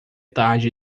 tarde